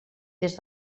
des